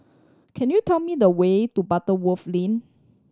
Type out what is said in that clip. can you tell me the way to Butterworth Lane